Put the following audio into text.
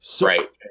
right